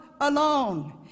alone